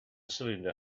cylinder